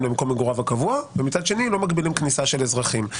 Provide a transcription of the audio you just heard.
ממקום מגוריו הקבוע ומצד שני לא מגבילים כניסה של אזרחים.